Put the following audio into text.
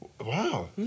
wow